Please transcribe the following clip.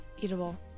Eatable